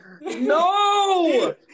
No